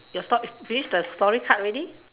your sto~ is this the story card already